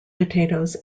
potatoes